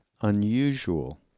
unusual